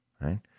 right